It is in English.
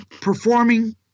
performing